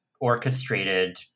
orchestrated